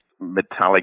metallic